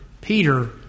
Peter